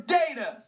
data